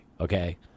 okay